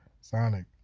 Sonic